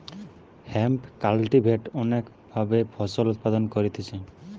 hemp cultivate অনেক ভাবে ফসল উৎপাদন করতিছে